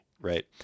right